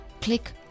Click